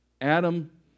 Adam